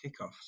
kickoffs